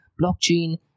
Blockchain